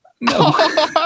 no